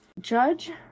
Judge